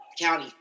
county